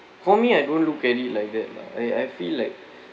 for me I don't look at it like that lah I I feel like